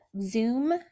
Zoom